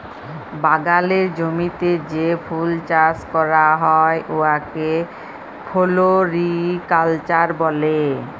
বাগালের জমিতে যে ফুল চাষ ক্যরা হ্যয় উয়াকে ফোলোরিকাল্চার ব্যলে